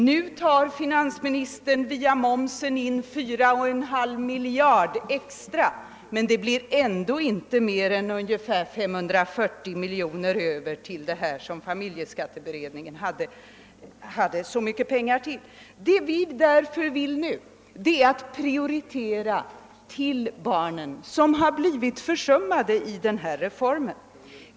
Nu tar finansministern via momsen in 4,5 miljarder extra, men det blir ändå inte mer än ungefär 540 miljoner över till det ändamål som familjeskatteberedningen ville ge så mycket pengar. Vad vi därför vill nu är att prioritera till barnen, som har blivit försummade i denna reform.